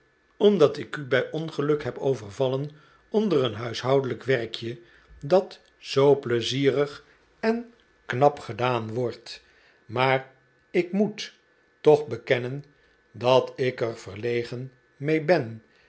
omdat ik u bij ongeluk heb overvallen onder een huishoudelijk werkje dat zoo pleizierig en knap gedaan wordt maar ik moet toch bekennen dat ik er verlegen mee ben